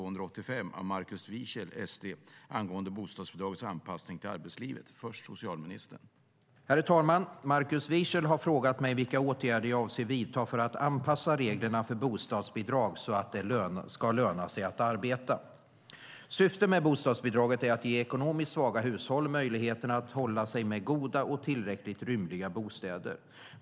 Herr talman! Markus Wiechel har frågat mig vilka åtgärder jag avser att vidta för att anpassa reglerna för bostadsbidrag så att det ska löna sig att arbeta. Syftet med bostadsbidraget är att ge ekonomiskt svaga hushåll möjligheten att hålla sig med goda och tillräckligt rymliga bostäder.